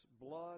blood